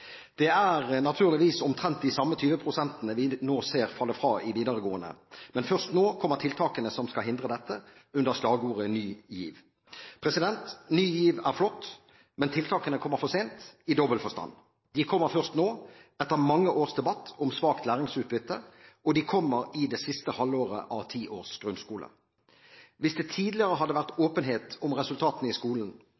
Det er naturligvis omtrent de samme 20 pst. vi nå ser falle fra i videregående, men først nå kommer tiltakene som skal hindre dette, under slagordet Ny GIV. Ny GIV er flott, men tiltakene kommer for sent, i dobbel forstand. De kommer først nå, etter mange års debatt om svakt læringsutbytte, og de kommer i det siste halvåret av ti års grunnskole. Hvis det tidligere hadde vært